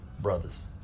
brothers